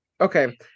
Okay